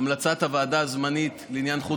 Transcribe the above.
לתת